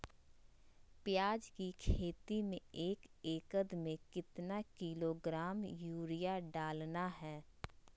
प्याज की खेती में एक एकद में कितना किलोग्राम यूरिया डालना है?